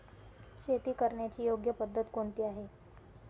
शेती करण्याची योग्य पद्धत कोणती आहे?